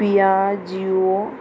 पिया जिओ